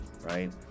Right